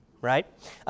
right